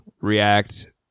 React